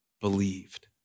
believed